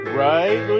right